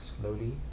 slowly